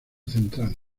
central